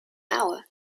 hour